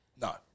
No